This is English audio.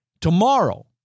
tomorrow